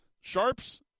Sharps